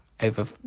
over